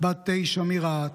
בת תשע מרהט,